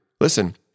listen